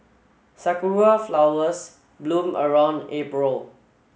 sakura flowers bloom around April